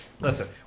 Listen